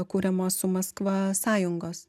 kuriamos su maskva sąjungos